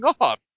off